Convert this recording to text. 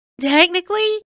Technically